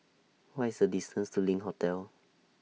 What IS The distance to LINK Hotel